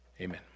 amen